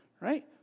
right